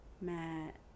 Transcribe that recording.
Matt